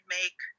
make